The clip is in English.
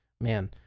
man